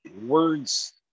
words